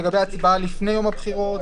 לגבי הצבעה לפני יום הבחירות,